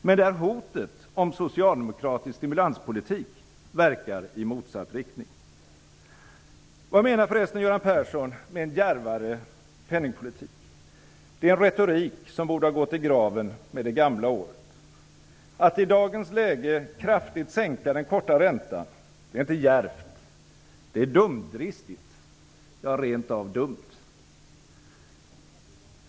Men hotet om socialdemokratisk stimulanspolitik verkar i motsatt riktning. Vad menar förresten Göran Persson med en djärvare penningpolitik? Det är en retorik som borde ha gått i graven med det gamla året. Att i dagens läge kraftigt sänka den korta räntan är inte djärvt -- det är dumdristigt, ja rentav dumt.